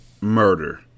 Murder